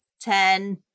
Ten